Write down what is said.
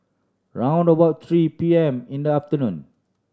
round about three P M in the afternoon